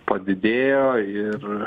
padidėjo ir